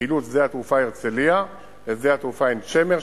פעילות שדה התעופה הרצלייה לשדה התעופה עין-שמר,